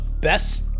best